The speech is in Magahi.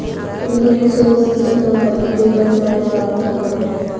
पूंजी के स्रोत उ सब संपत्ति जेकरा से आय प्राप्त होबो हइ